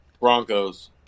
Broncos